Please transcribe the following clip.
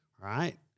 right